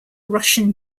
russian